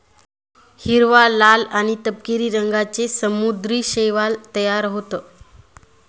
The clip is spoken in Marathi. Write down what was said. हिरवा, लाल आणि तपकिरी रंगांचे समुद्री शैवाल तयार होतं